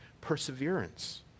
perseverance